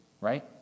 right